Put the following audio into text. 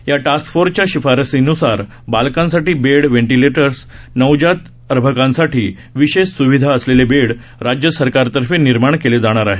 या टास्क फोर्सच्या शिफारशींन्सार बालकांसाठी बेड व्हेंटिलेटर्स नवजात अर्भकांसाठी विशेष स्विधा असलेले बेड राज्य सरकारतर्फे निर्माण केले जाणार आहेत